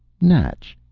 natch,